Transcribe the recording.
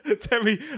Terry